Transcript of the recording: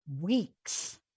Weeks